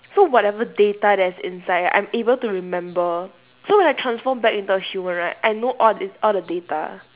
so whatever data that's inside right I'm able to remember so when I transform back into a human right I know all this all the data